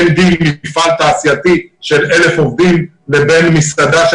אין דין מפעל תעשייתי עם 1,000 עובדים כדין מסעדה עם